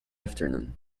afternoon